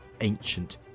ancient